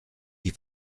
die